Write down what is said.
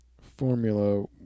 Formula